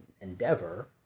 endeavor